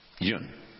June